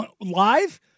live